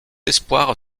espoir